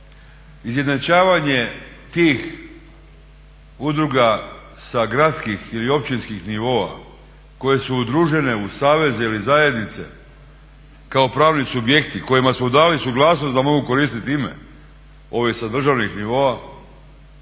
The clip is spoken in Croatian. Izjednačavanje tih udruga sa gradskih ili općinskih nivoa koje su udružene u savez ili zajednice kao pravni subjekti kojima smo dali suglasnost da mogu koristit ime ove sa državnih nivoa,